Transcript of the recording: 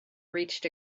reached